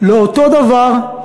לאותו דבר.